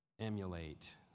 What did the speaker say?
emulate